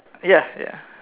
yeah yeah